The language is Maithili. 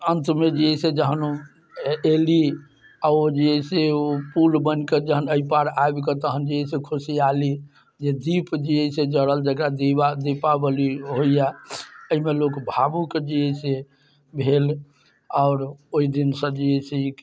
अन्तमे जे है से जहन अयली ओ जे है से ओ पुल बनिके जहन जे अइ पार आबिकऽ तहन जे है से खुशहाली जे दीप जे है से जरल जकरा दीवा दीपावली होइए अइमे लोक भावुक जे है से भेल आओर ओइ दिनसँ जे है से जे